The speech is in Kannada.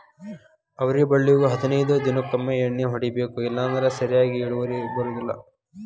ಅವ್ರಿ ಬಳ್ಳಿಗು ಹದನೈದ ದಿನಕೊಮ್ಮೆ ಎಣ್ಣಿ ಹೊಡಿಬೇಕ ಇಲ್ಲಂದ್ರ ಸರಿಯಾಗಿ ಇಳುವರಿ ಬರುದಿಲ್ಲಾ